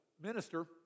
minister